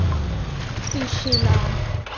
पिछला